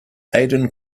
aden